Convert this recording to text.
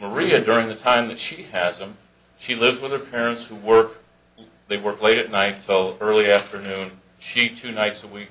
reader during the time that she has them she lives with her parents who work they work late at night so early afternoon she two nights a week